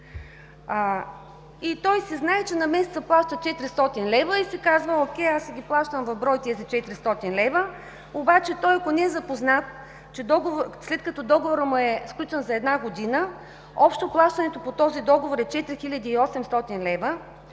той си знае, че на месец плаща 400 лв. и си казва: О’кей, аз си плащам в брой тези 400 лв., обаче ако не е запознат, след като договорът му е сключен за една година, общо плащането по този договор е 4800 лв.